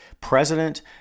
president